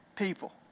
people